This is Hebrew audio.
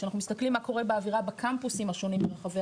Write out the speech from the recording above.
כשאנחנו מסתכלים מה קורה באווירה בקמפוסים השונים ברחבי